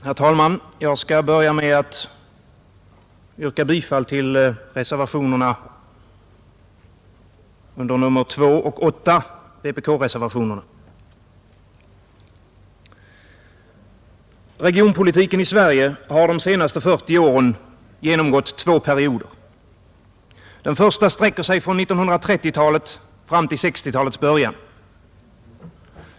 Herr talman! Jag skall börja med att yrka bifall till vpk-reservationerna — nr 2 och 8. Regionpolitiken i Sverige har de senaste 40 åren genomgått två perioder. Den första sträcker sig från 1930-talet och fram till 1960-talets början.